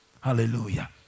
Hallelujah